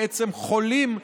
בעצם חולים,